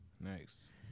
Nice